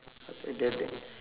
other than that